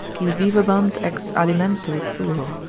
qui vivebant ex alimento suo,